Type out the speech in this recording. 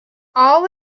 all